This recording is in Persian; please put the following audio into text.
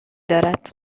دارد